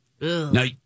Now